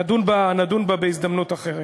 נדון בה בהזדמנות אחרת.